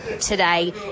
today